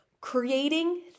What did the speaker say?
creating